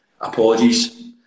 apologies